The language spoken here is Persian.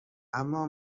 اما